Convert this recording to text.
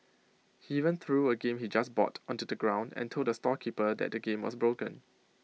he even threw A game he just bought onto the ground and told the storekeeper that the game was broken